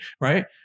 right